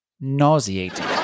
nauseating